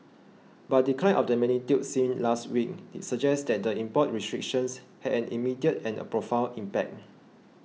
but a decline of the magnitude seen last week suggests that the import restrictions had an immediate and profound impact